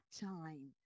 time